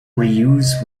reuse